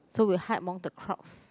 so we'll hide among the crowds